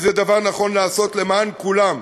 כי זה דבר נכון לעשות למען כולם.